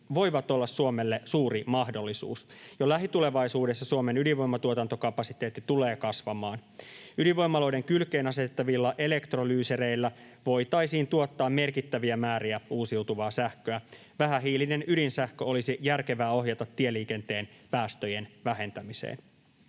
voivat olla Suomelle suuri mahdollisuus. Jo lähitulevaisuudessa Suomen ydinvoimatuotantokapasiteetti tulee kasvamaan. Ydinvoimaloiden kylkeen asetettavilla elektrolyysereillä voitaisiin tuottaa merkittäviä määriä uusiutuvaa sähköä. Vähähiilinen ydinsähkö olisi järkevää ohjata tieliikenteen päästöjen vähentämiseen.